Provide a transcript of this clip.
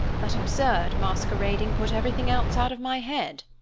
that absurd masquerading put everything else out of my head.